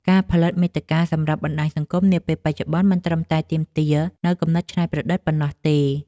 ការផលិតមាតិកាសម្រាប់បណ្ដាញសង្គមនាពេលបច្ចុប្បន្ន មិនត្រឹមតែទាមទារនូវគំនិតច្នៃប្រឌិតប៉ុណ្ណោះទេ។